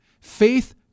Faith